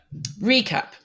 recap